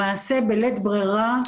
למעשה בלית ברירה,